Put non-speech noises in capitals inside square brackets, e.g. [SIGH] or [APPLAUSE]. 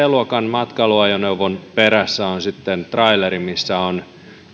[UNINTELLIGIBLE] luokan matkailuajoneuvon perässä on sitten traileri missä on